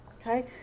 Okay